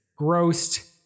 Grossed